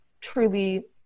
truly